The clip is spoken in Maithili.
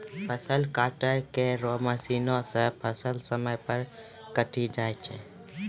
फसल काटै केरो मसीन सें फसल समय पर कटी जाय छै